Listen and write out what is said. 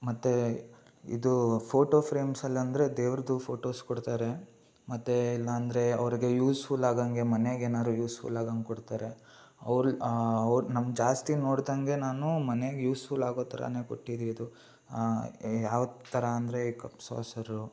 ಮತ್ತು ಇದು ಫೋಟೋ ಫ್ರೇಮ್ಸಲ್ಲಂದರೆ ದೇವ್ರದ್ದು ಫೋಟೋಸ್ ಕೊಡ್ತಾರೆ ಮತ್ತು ಇಲ್ಲಾಂದರೆ ಅವ್ರಿಗೆ ಯೂಸ್ಫುಲ್ ಆಗೋಂಗೆ ಮನೆಗೆ ಏನಾದ್ರು ಯೂಸ್ಫುಲ್ ಆಗಂಗೆ ಕೊಡ್ತಾರೆ ಅವ್ರು ಅವ್ರು ನಮ್ಗೆ ಜಾಸ್ತಿ ನೋಡಿದಂಗೆ ನಾನು ಮನೆಗೆ ಯೂಸ್ಫುಲ್ ಆಗೋ ಥರ ಕೊಟ್ಟಿದ್ದಿದ್ದು ಯಾವ ಥರ ಅಂದರೆ ಈ ಕಪ್ ಸಾಸರು